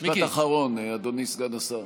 מיקי, משפט אחרון, אדוני סגן השר.